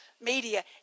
media